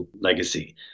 legacy